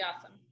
awesome